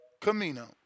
Camino